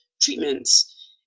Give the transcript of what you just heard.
treatments